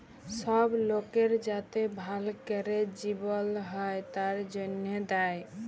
সব লকের যাতে ভাল ক্যরে জিবল হ্যয় তার জনহে দেয়